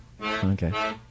Okay